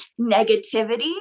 negativity